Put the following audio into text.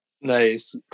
Nice